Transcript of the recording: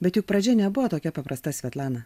bet juk pradžia nebuvo tokia paprasta svetlana